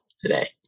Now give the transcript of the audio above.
today